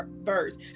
verse